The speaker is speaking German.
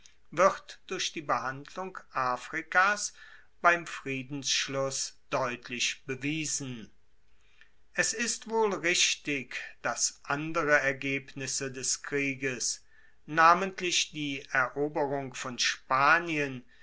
wird durch die behandlung afrikas beim friedensschluss deutlich bewiesen es ist wohl richtig dass andere ergebnisse des krieges namentlich die eroberung von spanien